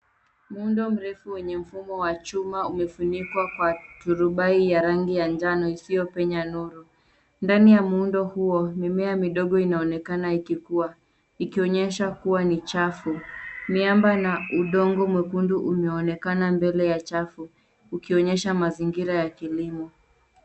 Muundo mrefu wenye mfumo wa chuma umefunikwa kwa kuturubai ya rangi ya njano isiyopenya nuru. Ndani ya muundo huo mimea midogo inaonekana ikikuwa ikionyesha kuwa ni chafu. Miamba na udongo mwekundu umeonekana mbele ya chafu ukionyesha mazingira ya kilimo.